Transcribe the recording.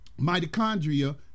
mitochondria